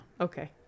okay